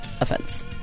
Offense